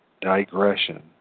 digression